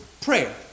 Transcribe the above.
prayer